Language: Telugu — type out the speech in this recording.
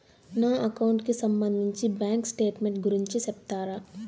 నా అకౌంట్ కి సంబంధించి బ్యాంకు స్టేట్మెంట్ గురించి సెప్తారా